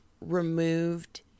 removed